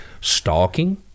stalking